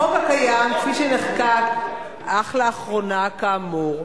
החוק הקיים, כפי שנחקק אך לאחרונה, כאמור,